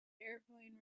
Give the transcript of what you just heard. airplane